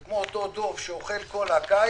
זה כמו אותו דב שאוכל כל הקיץ,